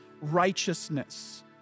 righteousness